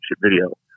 video